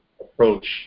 approach